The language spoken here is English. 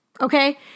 Okay